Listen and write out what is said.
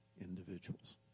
individuals